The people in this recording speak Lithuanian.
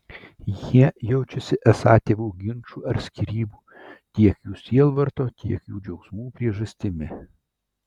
jie jaučiasi esą tėvų ginčų ar skyrybų tiek jų sielvarto tiek jų džiaugsmų priežastimi